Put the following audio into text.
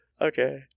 Okay